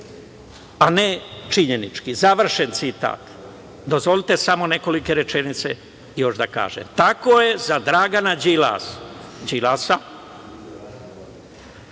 a ne činjenički“, završen citat. Dozvolite samo nekoliko rečenica još da kažem. Tako je za Dragana Đilasa